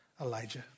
Elijah